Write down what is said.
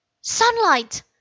Sunlight